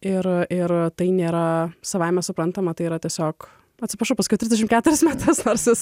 ir tai nėra savaime suprantama tai yra tiesiog atsiprašau paskui trisdešimt keturis metus nors ir